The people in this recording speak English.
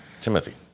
timothy